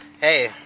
hey